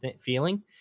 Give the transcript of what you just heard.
feeling